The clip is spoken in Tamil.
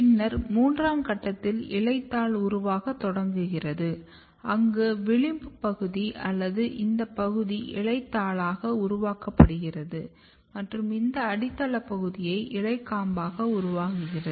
பின்னர் மூன்றாம் கட்டத்தில் இலைத்தாள் உருவாக தொடங்குகிறது அங்கு விளிம்பு பகுதி அல்லது இந்த பகுதி இலைத்தாளாக உருவாக்கப்படுகிறது மற்றும் இந்த அடித்தளப் பகுதி இலைக்காம்பாக உருவாகிறது